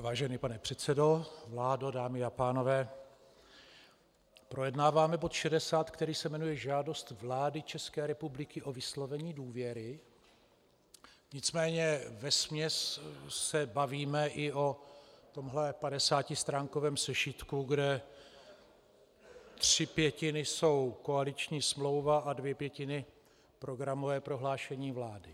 Vážený pane předsedo, vládo, dámy a pánové, projednáváme bod 60, který se jmenuje Žádost vlády České republiky o vyslovení důvěry, nicméně vesměs se bavíme i o tomhle padesátistránkovém sešitku, kde tři pětiny jsou koaliční smlouva a dvě pětiny programové prohlášení vlády.